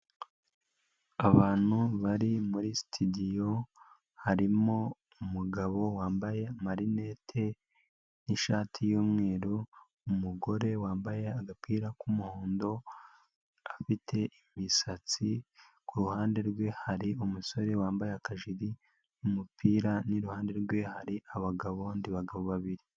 Abantu bari muri sitidiyo harimo umugabo wambaye amarineti n'shati y'umweru, umugore wambaye agapira k'umuhondo afite imisatsi, ku ruhande rwe hari umusore wambaye akajiri n'umupira, n'iruhande rwe hari abagabo babiri.